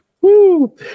Woo